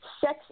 sex